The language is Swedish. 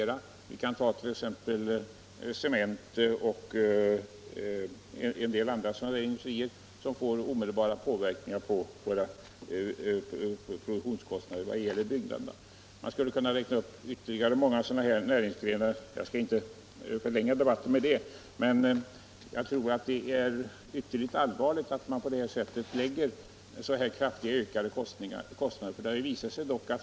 Jag kan som exempel ta cementindustrin. En höjning av energiskatten kommer där att få omedelbara verkningar på produktionskostnaderna när det gäller byggnader. Jag skulle som sagt kunna räkna upp många andra sådana näringsgrenar, men jag skall inte förlänga debatten med att göra det. Jag tror emellertid att det är ytterligt allvarligt att man på detta sätt kraftigt höjer kostnaderna för dessa branscher.